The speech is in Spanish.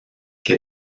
que